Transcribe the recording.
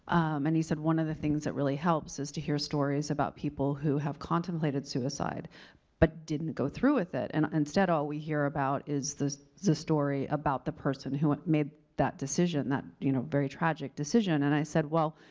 um and he said one of the things that really helps is to hear stories about people who have contemplated suicide but didn't go through with it. and instead, all we hear about is the the story about the person who made that decision that, you know, very tragic decision. and i said, well,